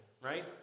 right